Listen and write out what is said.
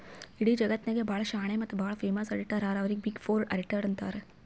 ಇಡೀ ಜಗತ್ನಾಗೆ ಭಾಳ ಶಾಣೆ ಮತ್ತ ಭಾಳ ಫೇಮಸ್ ಅಡಿಟರ್ ಹರಾ ಅವ್ರಿಗ ಬಿಗ್ ಫೋರ್ ಅಡಿಟರ್ಸ್ ಅಂತಾರ್